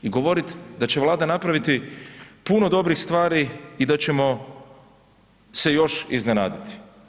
I govoriti da će Vlada napraviti puno dobrih stvari i da ćemo se još iznenaditi.